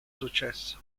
successo